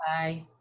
Bye